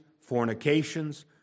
fornications